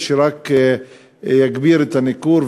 שרק יגביר את הניכור,